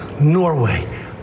Norway